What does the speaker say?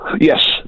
Yes